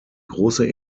große